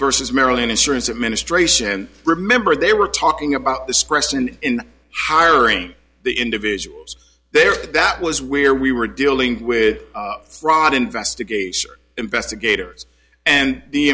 versus maryland insurance administration remember they were talking about the stress and in hiring the individuals there that was where we were dealing with fraud investigation investigators and the